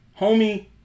homie